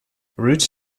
root